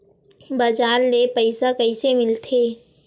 बजार ले पईसा कइसे मिलथे?